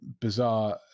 bizarre